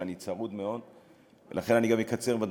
בבקשה.